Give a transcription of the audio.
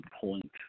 point